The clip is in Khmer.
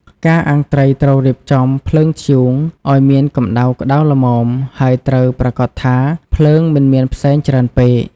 ការអាំងត្រីត្រូវរៀបចំ ភ្លើងធ្យូង ឲ្យមានកម្ដៅក្តៅល្មម ហើយត្រូវប្រាកដថាភ្លើងមិនមានផ្សែងច្រើនពេក។